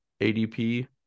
ADP